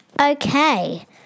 Okay